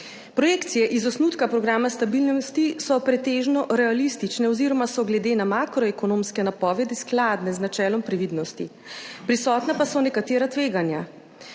Projekcije iz osnutka programa stabilnosti so pretežno realistične oziroma so glede na makroekonomske napovedi skladne z načelom previdnosti, prisotna pa so nekatera tveganja.